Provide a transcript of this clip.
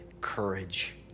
courage